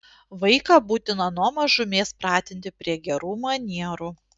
vaiką būtina nuo mažumės pratinti prie gerų manierų